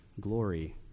glory